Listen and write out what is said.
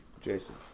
Jason